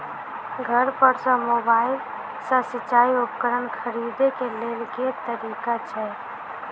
घर पर सऽ मोबाइल सऽ सिचाई उपकरण खरीदे केँ लेल केँ तरीका छैय?